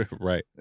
right